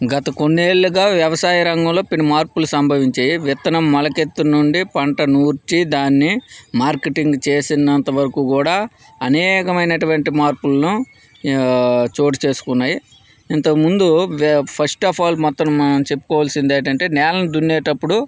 గత కొన్ని ఏళ్లుగా వ్యవసాయ రంగంలో పెను మార్పులు సంభవించాయి విత్తనం మొలకెత్తు నుండి పంట నూర్చి దాన్ని మార్కెటింగ్ చేసినంత వరకు కూడా అనేకమైనటువంటి మార్పులను చోటుచేసుకున్నాయి ఇంతకుముందు ఫస్ట్ ఆఫ్ ఆల్ మనం చెప్పుకోవాల్సింది ఏమిటంటే నేలలు దున్నేటప్పుడు